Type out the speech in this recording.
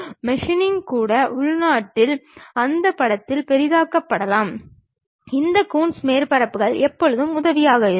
meshing கூட உள்நாட்டில் அந்த படத்தில் பெரிதாக்கப்படலாம் இந்த கூன்ஸ் மேற்பரப்புகள் எப்போதும் உதவியாக இருக்கும்